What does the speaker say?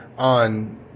on